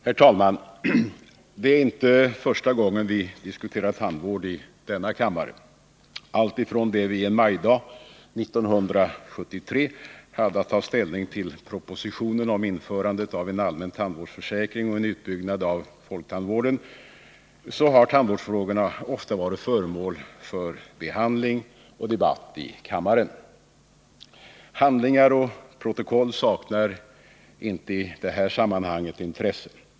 Herr talman! Det är inte första gången vi diskuterar tandvård i denna kammare. Alltifrån det vi en majdag 1973 hade att ta ställning till propositionen om införandet av en allmän tandvårdsförsäkring och en utbyggnad av folktandvården, har tandvårdsfrågorna ofta varit föremål för behandling och debatt i kammaren. Handlingar och protokoll saknar inte i detta sammanhang intresse.